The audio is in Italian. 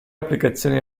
applicazioni